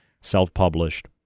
self-published